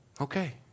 Okay